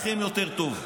לכם יותר טוב.